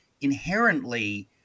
inherently